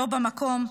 לא במקום,